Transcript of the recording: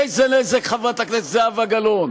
איזה נזק, חברת הכנסת זהבה גלאון?